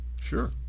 Sure